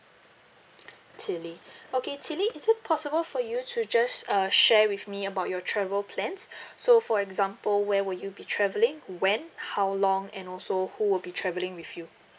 tilly okay tilly is it possible for you to just uh share with me about your travel plans so for example where will you be travelling when how long and also who would be travelling with you